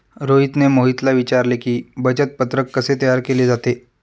रोहितने मोहितला विचारले की, बचत पत्रक कसे तयार केले जाते?